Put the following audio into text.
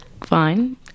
fine